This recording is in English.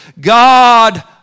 God